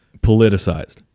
politicized